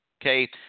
Okay